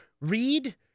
read